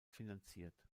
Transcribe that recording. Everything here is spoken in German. finanziert